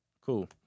Cool